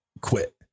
quit